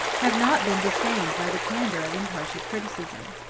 have not been disdained by the candor of impartial criticism.